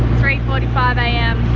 three forty five a m.